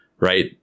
right